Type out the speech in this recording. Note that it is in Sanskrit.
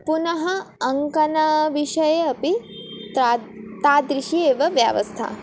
पुनः अङ्कनाविषये अपि तत्र तादृशी एव व्यवस्था